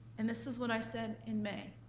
and this is what i said in may.